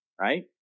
right